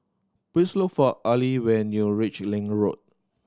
please look for Arley when you reach Link Road